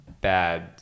bad